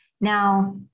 Now